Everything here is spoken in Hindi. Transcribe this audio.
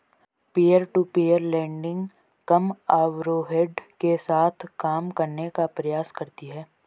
पीयर टू पीयर लेंडिंग कम ओवरहेड के साथ काम करने का प्रयास करती हैं